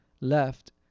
Left